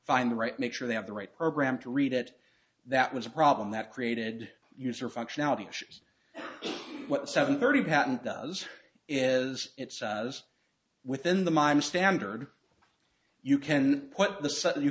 find the right make sure they have the right program to read it that was a problem that created user functionality issues what seven thirty patent does is it says within the mime standard you can put the